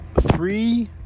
three